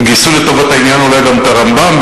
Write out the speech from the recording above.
הם גייסו לטובת העניין אולי גם את הרמב"ם.